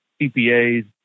CPAs